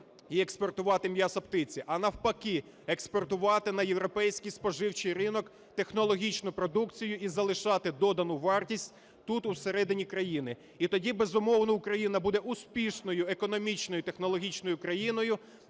і експортувати м'ясо птиці, а навпаки, експортувати на європейський споживчий ринок технологічну продукцію і залишати додану вартість тут, всередині країни. І тоді, безумовно, Україна буде успішною, економічною, технологічною країною,